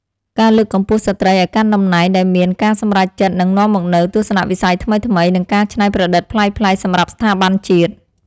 ការលើកកម្ពស់ស្ត្រីឱ្យកាន់តំណែងដែលមានការសម្រេចចិត្តនឹងនាំមកនូវទស្សនវិស័យថ្មីៗ និងការច្នៃប្រឌិតប្លែកៗសម្រាប់ស្ថាប័នជាតិ។